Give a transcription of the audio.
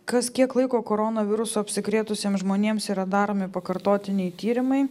kas kiek laiko korona virusu apsikrėtusiems žmonėms yra daromi pakartotiniai tyrimai